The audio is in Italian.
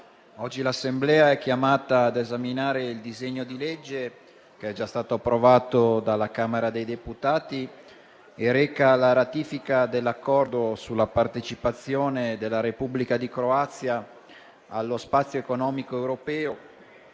oggi l'Assemblea è chiamata ad esaminare il disegno di legge, già approvato dalla Camera dei deputati e recante la ratifica dell'Accordo sulla partecipazione della Repubblica di Croazia allo spazio economico europeo